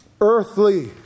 earthly